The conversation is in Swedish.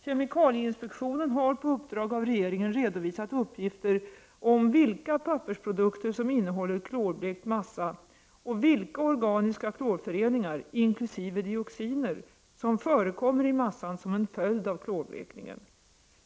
Kemikalieinspektionen har på uppdrag av regeringen redovisat uppgifter om vilka pappersprodukter som innehåller klorblekt massa och vilka organiska klorföreningar, inkl. dioxiner, som förekommer i massan som en följd av klorblekningen.